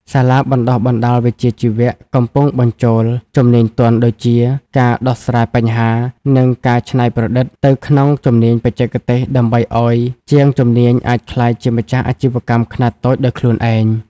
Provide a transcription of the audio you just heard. សាលាបណ្ដុះបណ្ដាលវិជ្ជាជីវៈ កំពុងបញ្ចូលជំនាញទន់ដូចជា ការដោះស្រាយបញ្ហា និងការច្នៃប្រឌិត ទៅក្នុងជំនាញបច្ចេកទេស ដើម្បីឱ្យជាងជំនាញអាចក្លាយជាម្ចាស់អាជីវកម្មខ្នាតតូចដោយខ្លួនឯង។